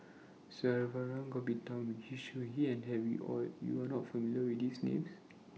Saravanan Gopinathan Yu Zhuye and Harry ORD YOU Are not familiar with These Names